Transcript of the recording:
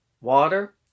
water